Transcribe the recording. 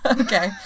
Okay